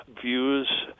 views